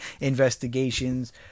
investigations